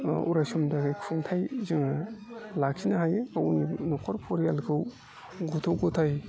अरायसमनि थाखाय खुंथाय जोङो लाखिनो हायो बाव न'खर परियालखौ गथ' गथाय